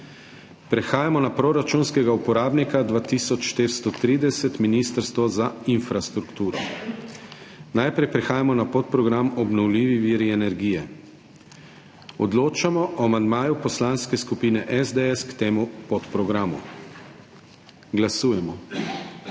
Prehajamo na proračunskega uporabnika 2430 Ministrstvo za infrastrukturo. Najprej prehajamo na podprogram Obnovljivi viri energije. Odločamo o amandmaju Poslanske skupine SDS k temu podprogramu. Glasujemo.